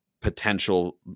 potential